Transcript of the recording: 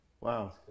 Wow